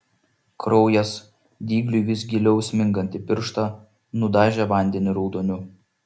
kraujas dygliui vis giliau smingant į pirštą nudažė vandenį raudoniu